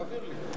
תעביר לי.